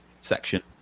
section